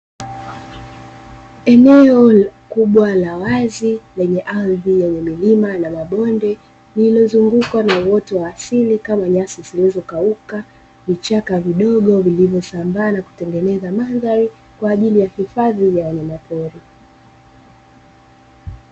Eneo kubwa la wazi lenye ardhi yenye milima na mabonde lililozungukwa na uoto wa asili kama nyasi zilizokauka, vichaka vidogo vilivyosambaa na kutengeneza mandhari, kwa ajili ya hifadhi ya wanyama pori.